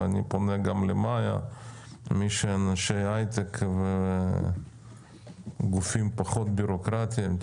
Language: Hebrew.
אני פונה גם למאיה ולאנשי הייטק ולגופים פחות בירוקרטיים.